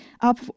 up